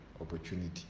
opportunity